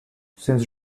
since